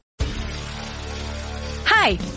Hi